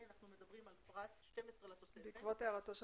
אנחנו מדברים על פרט (12) לתוספת בעקבות הערתו של